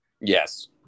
Yes